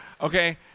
okay